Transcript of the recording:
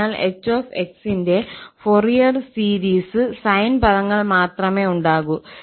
അതിനാൽ ℎ𝑥 ന്റെ Fourier series യ്ക്ക് സൈൻ പദങ്ങൾ മാത്രമേ ഉണ്ടാകൂ